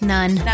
None